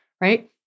Right